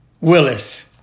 Willis